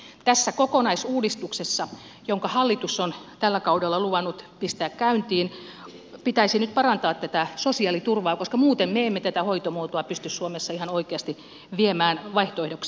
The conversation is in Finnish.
tässä kokonaisuudistuksessa jonka hallitus on tällä kaudella luvannut pistää käyntiin pitäisi nyt parantaa tätä sosiaaliturvaa koska muuten me emme tätä hoitomuotoa pysty suomessa ihan oikeasti viemään vaihtoehdoksi